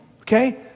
okay